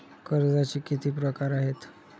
कर्जाचे किती प्रकार आहेत?